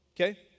Okay